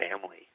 family